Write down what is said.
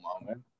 moment